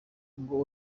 ngo